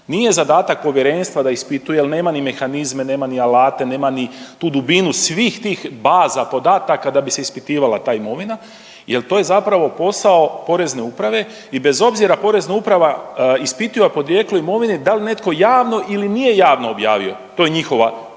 Nije zadatak povjerenstva da ispituje jer nema ni mehanizme, nema ni alate, nema ni tu dubinu svih tih baza podataka da bi se ispitivala ta imovina jer to je zapravo posao Porezne uprave. I bez obzira Porezna uprava ispituje podrijetlo imovine da li netko javno ili nije javno objavio. To je njihova u